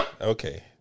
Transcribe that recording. okay